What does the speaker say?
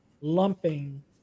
lumping